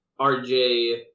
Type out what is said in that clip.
RJ